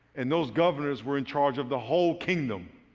and those governors were in charge of the whole kingdom.